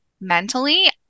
mentally